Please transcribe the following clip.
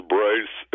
Bryce